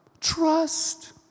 Trust